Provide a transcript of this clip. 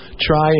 try